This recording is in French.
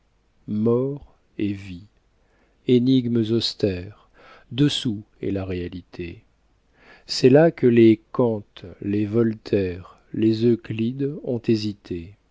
mort et vie énigmes austères dessous est la réalité c'est là que les kants les voltaires les euclides ont hésité